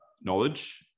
knowledge